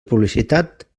publicitat